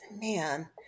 man